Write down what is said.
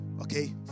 Okay